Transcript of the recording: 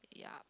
yup